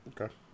Okay